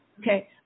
okay